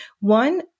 One